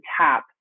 tap